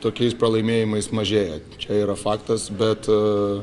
tokiais pralaimėjimais mažėja čia yra faktas bet